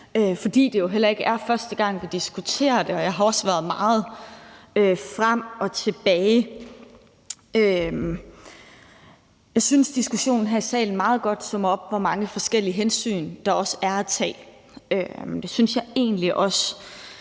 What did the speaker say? jo altså heller ikke første gang, vi diskuterer det, og jeg har også været meget frem og tilbage. Jeg synes, diskussionen her i salen meget godt summer op, hvor mange forskellige hensyn der også er at tage, og det synes jeg egentlig også